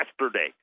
yesterday